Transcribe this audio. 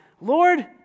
Lord